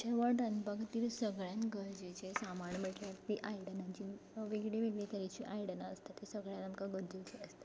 जेवण रांदपा खातीर सगल्यांक गरजेचें सामाण म्हणल्यार तीं आयदनां जी वेगवेगळी तरेची आयदनां आसता तीं गरजेचीं आसता